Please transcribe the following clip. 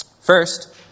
First